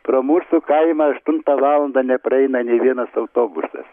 pro mūsų kaimą aštuntą valandą nepraeina nė vienas autobusas